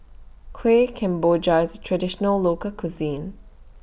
Kuih Kemboja IS Traditional Local Cuisine